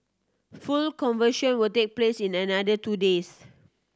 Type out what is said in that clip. full conversion will take place in another two days